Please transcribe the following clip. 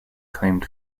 claimed